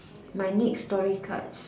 my next story card